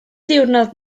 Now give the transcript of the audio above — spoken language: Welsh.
diwrnod